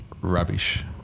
rubbish